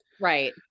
Right